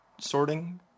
sorting